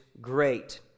great